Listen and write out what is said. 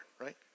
right